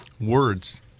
words